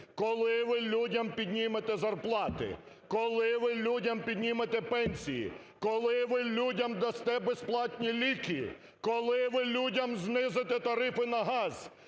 коли ви людям піднімете зарплати, коли ви людям піднімете пенсії, коли ви людям дасте безплатні ліки, коли ви людям знизите тарифи на газ,